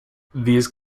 these